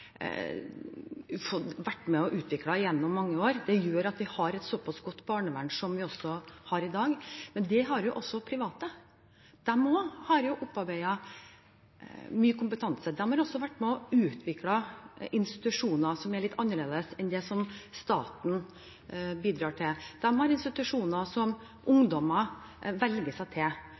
vært med på å utvikle gjennom mange år, bidrar til at vi har et såpass godt barnevern som vi har i dag. Men det har også private. Også de har opparbeidet seg mye kompetanse, de har også vært med og utviklet institusjoner som er litt annerledes enn det staten bidrar til. De har institusjoner som ungdommer velger seg til,